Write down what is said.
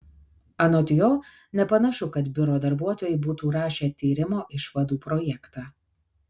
anot jo nepanašu kad biuro darbuotojai būtų rašę tyrimo išvadų projektą